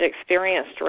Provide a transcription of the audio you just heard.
experienced